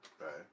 Right